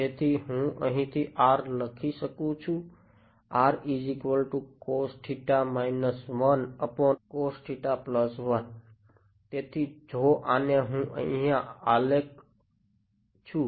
તેથી હું અહીંથી R લખી શકું છું તેથી જો આને હું અહિયાં આલેખ છું